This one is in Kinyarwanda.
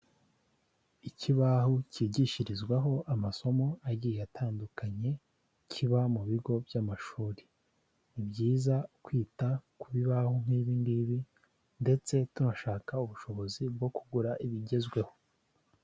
Ikibaho cyigishirizwaho amasomo agiye atandukanye kiba mu bigo by'amashuri. Ni byiza kwita ku bibaho nk'ibi ngibi ndetse tunashaka ubushobozi bwo kugura ibigezweho.